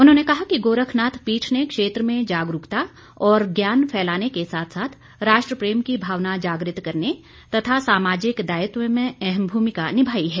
उन्होंने कहा कि गोरखनाथ पीठ ने क्षेत्र में जागरूकता और ज्ञान फैलाने के साथ साथ राष्ट्र प्रेम की भावना जागृत करने तथा सामाजिक दायित्व में अहम भूमिका निभाई है